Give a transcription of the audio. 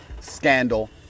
scandal